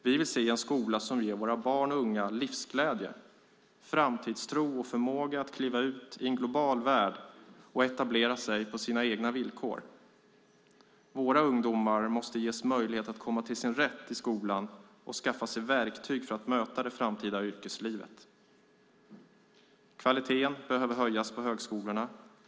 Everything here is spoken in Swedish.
Vi vill se en skola som ger våra barn och unga livsglädje, framtidstro och förmåga att kliva ut i en global värld och etablera sig på sina egna villkor. Våra ungdomar måste ges möjlighet att komma till sin rätt i skolan och skaffa sig verktyg för att möta det framtida yrkeslivet. Kvaliteten behöver höjas på högskolorna.